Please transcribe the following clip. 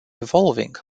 evolving